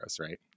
right